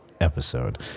episode